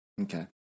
Okay